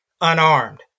unarmed